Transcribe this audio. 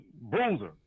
bruiser